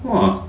!wah!